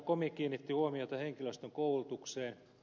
komi kiinnitti huomiota henkilöstön koulutukseen